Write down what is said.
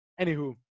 Anywho